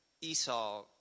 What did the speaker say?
Esau